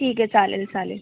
ठीक आहे चालेल चालेल